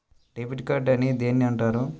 Debit card అని దేనిని అంటారు?